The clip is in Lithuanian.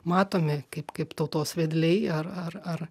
matomi kaip kaip tautos vedliai ar ar ar